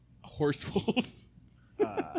Horse-wolf